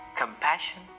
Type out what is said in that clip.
compassion